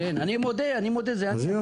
אני מודה, אני מודה, זה אני,